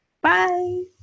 Bye